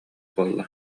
буолла